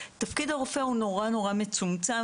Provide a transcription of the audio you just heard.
תפקיד הרופא הוא נורא-נורא מצומצם,